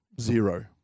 Zero